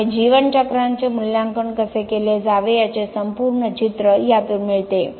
त्यामुळे जीवन चक्राचे मूल्यांकन कसे केले जावे याचे संपूर्ण चित्र यातून मिळते